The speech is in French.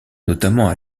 notamment